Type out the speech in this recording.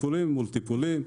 טיפולים מול טיפולים.